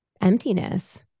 emptiness